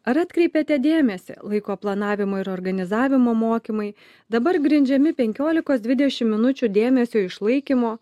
ar atkreipėte dėmesį laiko planavimo ir organizavimo mokymai dabar grindžiami penkiolikos dvidešim minučių dėmesio išlaikymo